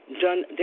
done